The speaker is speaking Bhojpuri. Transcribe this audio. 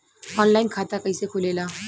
आनलाइन खाता कइसे खुलेला?